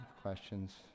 questions